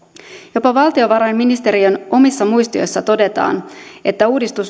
jopa valtiovarainministeriön omissa muistioissa todetaan että uudistus